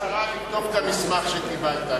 פנייה למשטרה לבדוק את המסמך שקיבלת.